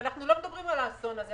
ואנחנו לא מדברים על האסון הזה,